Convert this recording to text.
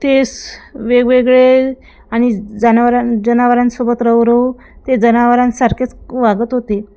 ते स वेगवेगळे आणि जनावरां जनावरांसोबत राहू राहू ते जनावरांसारखेच वागत होते